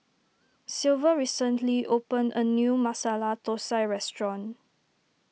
Silver recently opened a new Masala Thosai restaurant